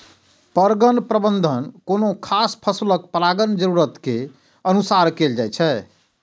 परगण प्रबंधन कोनो खास फसलक परागण जरूरत के अनुसार कैल जाइ छै